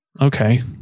okay